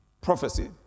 prophecy